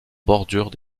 bordure